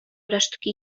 resztki